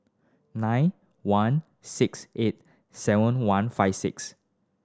nine one six eight seven one five six